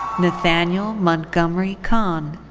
nathaniel montgomery conn.